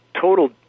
total